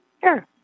Sure